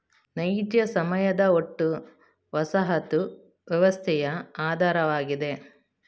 ನೈಜ ಸಮಯದ ಒಟ್ಟು ವಸಾಹತು ವ್ಯವಸ್ಥೆಯ ಆಧಾರವಾಗಿದೆ